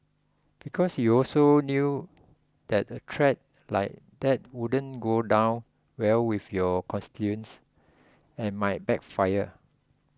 because you also knew that a threat like that wouldn't go down well with your constituents and might backfire